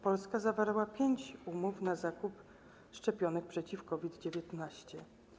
Polska zawarła 5 umów na zakup szczepionek przeciw COVID-19.